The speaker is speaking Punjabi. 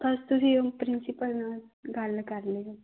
ਬਸ ਤੁਸੀਂ ਪ੍ਰਿੰਸੀਪਲ ਨਾਲ ਗੱਲ ਕਰ ਲਿਓ